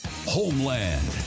Homeland